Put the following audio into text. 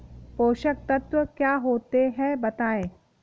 पोषक तत्व क्या होते हैं बताएँ?